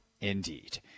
Indeed